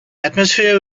atmosphere